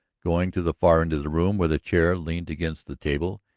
going to the far end of the room where the chair leaned against the table,